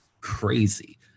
crazy